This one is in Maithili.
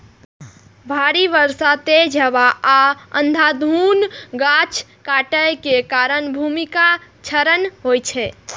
भारी बर्षा, तेज हवा आ अंधाधुंध गाछ काटै के कारण भूमिक क्षरण होइ छै